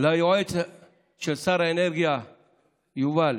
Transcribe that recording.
ליועץ של שר האנרגיה יובל,